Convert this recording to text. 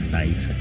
nice